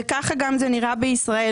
וככה גם זה נראה בישראל.